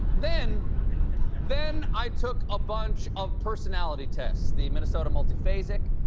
then then i took a bunch of personality tests, the minnesota multifacic,